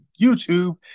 YouTube